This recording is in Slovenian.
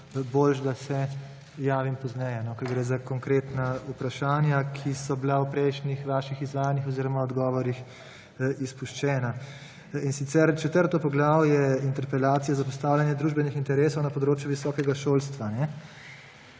bolje, da se javim pozneje, ker gre za konkretna vprašanja, ki so bila v prejšnjih vaših izvajanjih oziroma odgovorih izpuščena. In sicer 4. poglavje interpelacija Zapostavljanje družbenih interesov na področju visokega šolstva.